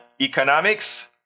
economics